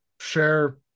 share